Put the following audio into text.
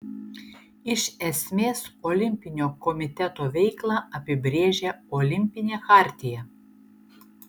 iš esmės olimpinio komiteto veiklą apibrėžia olimpinė chartija